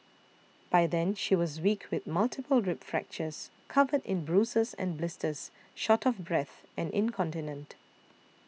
by then she was weak with multiple rib fractures covered in bruises and blisters short of breath and incontinent